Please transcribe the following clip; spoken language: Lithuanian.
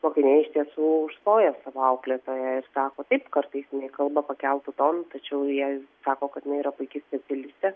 mokiniai iš tiesų užstoja savo auklėtoją ir sako taip kartais jinai kalba pakeltu tonu tačiau jie sako kad jinai yra puiki specialistė